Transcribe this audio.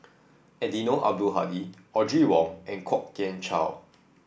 Eddino Abdul Hadi Audrey Wong and Kwok Kian Chow